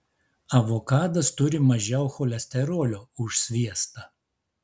avokadas turi mažiau cholesterolio už sviestą